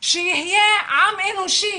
שיהיה עם אנושי,